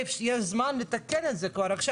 יש זמן לתקן את זה כבר עכשיו.